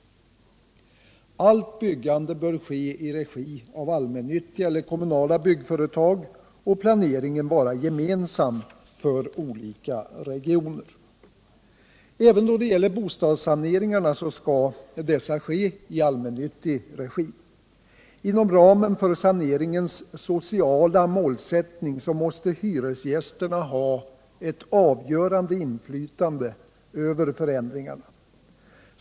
Allt byggande bör ske i regi av allmännyttiga eller kommunala byggföretag och planeringen vara gemensam för olika regioner. Även bostadssancringarna skall ske i allmännyttig regi. Inom ramen för saneringens sociala målsättning måste hyresgästerna ha ett avgörande inflytande över förändringarna.